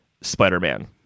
Spider-Man